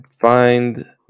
find